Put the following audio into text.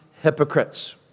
hypocrites